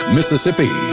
Mississippi